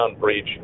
breach